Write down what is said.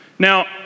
Now